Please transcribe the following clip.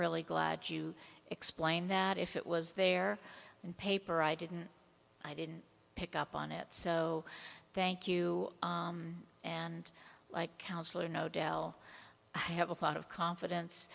really glad you explained that if it was their paper i didn't i didn't pick up on it so thank you and like councillor no del i have a lot of confidence